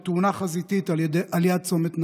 בתאונה חזיתית על יד צומת נהלל.